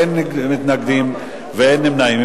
אין מתנגדים ואין נמנעים.